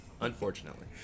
Unfortunately